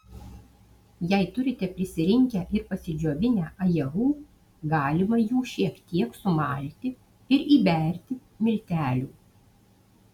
jei turite prisirinkę ir pasidžiovinę ajerų galima jų šiek tiek sumalti ir įberti miltelių